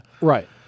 Right